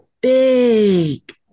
big